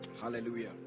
Hallelujah